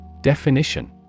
Definition